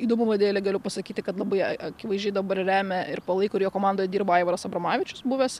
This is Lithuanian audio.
įdomumo dėlei galiu pasakyti kad labai akivaizdžiai dabar remia ir palaiko ir jo komandai dirba aivaras abromavičius buvęs